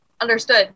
understood